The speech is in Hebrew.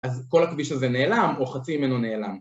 ‫אז כל הכביש הזה נעלם ‫או חצי מנו נעלם.